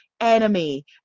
Enemy